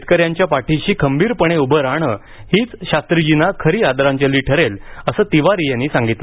शेतकऱ्यांच्या पाठीशी खंबीरपणे उभं राहणं हीच शास्त्रीजींना खरी श्रद्धांजली ठरेल असं तिवारी यांनी सांगितलं